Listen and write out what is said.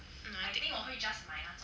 hmm I thi~